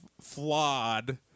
flawed